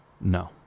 No